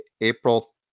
April